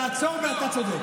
תעצור ב"אתה צודק".